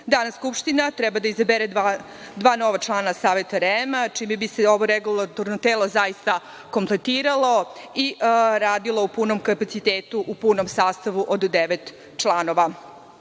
Skupština treba da izabere dva nova člana Saveta REM, čime bi se ovo regulatorno telo zaista kompletiralo i radilo punim kapacitetom, u punom sastavu od devet